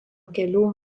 kelių